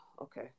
okay